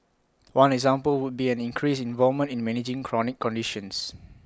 one example would be an increased involvement in managing chronic conditions